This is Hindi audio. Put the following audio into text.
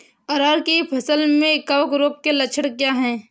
अरहर की फसल में कवक रोग के लक्षण क्या है?